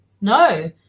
No